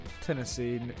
Tennessee